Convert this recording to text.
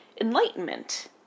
Enlightenment